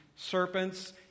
Serpents